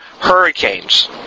hurricanes